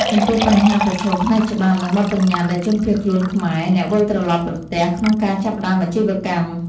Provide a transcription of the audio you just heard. ចំពោះបញ្ហាប្រឈមផ្នែកច្បាប់ និងបទប្បញ្ញត្តិដែលជនភៀសខ្លួនខ្មែរ អ្នកវិលត្រឡប់ប្រទះក្នុងការចាប់ផ្តើមអាជីវកម្ម។